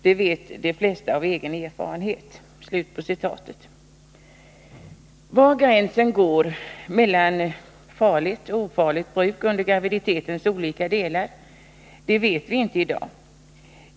Det vet de flesta av egen erfarenhet.” Var gränsen går mellan farligt och ofarligt bruk under graviditetens olika delar vet vi inte i dag.